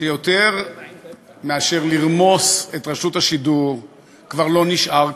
שיותר מאשר לרמוס את רשות השידור כבר לא נשאר כלום.